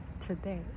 today